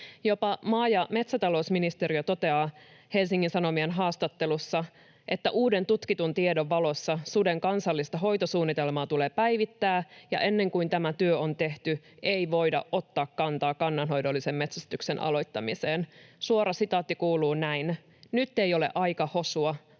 Jopa maa- ja metsätalousministeriö toteaa Helsingin Sanomien haastattelussa, että uuden tutkitun tiedon valossa suden kansallista hoitosuunnitelmaa tulee päivittää, ja ennen kuin tämä työ on tehty, ei voida ottaa kantaa kannanhoidollisen metsästyksen aloittamiseen. Suora sitaatti kuuluu näin: ”Nyt ei ole aika hosua,